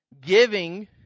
Giving